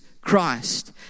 Christ